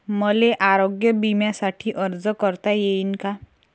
मले आरोग्य बिम्यासाठी अर्ज करता येईन का?